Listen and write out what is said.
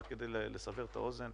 רק כדי לסבר את האוזן,